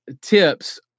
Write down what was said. tips